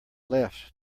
left